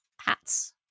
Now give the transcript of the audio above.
hats